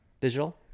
digital